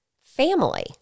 family